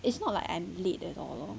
it's not like I late at all